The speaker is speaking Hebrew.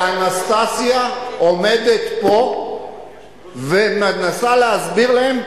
ואנסטסיה עומדת פה ומנסה להסביר להם,